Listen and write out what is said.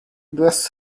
dress